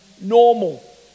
normal